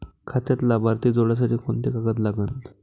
खात्यात लाभार्थी जोडासाठी कोंते कागद लागन?